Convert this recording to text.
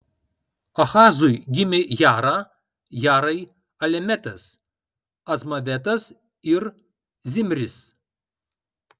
ahazui gimė jara jarai alemetas azmavetas ir zimris